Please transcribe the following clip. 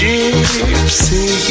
Gypsy